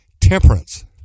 temperance